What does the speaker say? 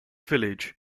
village